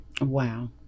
wow